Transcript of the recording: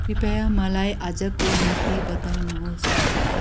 कृपया मलाई आजको मिति बताउनुहोस्